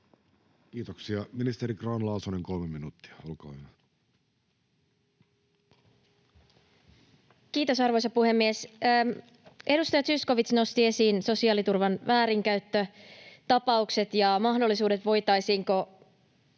Kiitoksia. — Ministeri Grahn-Laasonen kolme minuuttia, olkaa hyvä. Kiitos, arvoisa puhemies! Edustaja Zyskowicz nosti esiin sosiaaliturvan väärinkäyttötapaukset ja mahdollisuudet, voitaisiinko